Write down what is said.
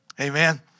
Amen